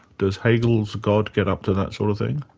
does hegel's god get up to that sort of thing?